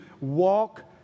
walk